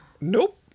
Nope